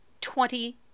twenty